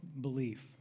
belief